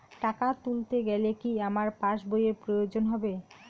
টাকা তুলতে গেলে কি আমার পাশ বইয়ের প্রয়োজন হবে?